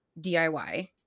DIY